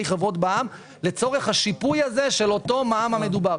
חברות בע"מ לצורך השיפוי הזה של אותו מע"מ המדובר.